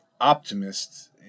optimist